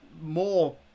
more